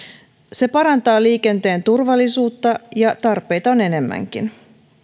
se parantaa liikenteen turvallisuutta ja tarpeita on enemmänkin